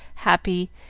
happy,